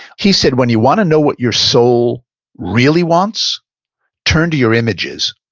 he said, when you want to know what your soul really wants turn to your images.